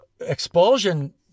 expulsion